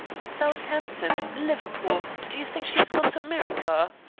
southampton! liverpool! do you think she has gone to america?